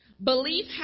Belief